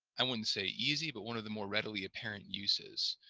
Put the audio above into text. i wouldn't say easy but one of the more readily apparent uses.